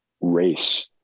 race